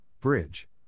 Bridge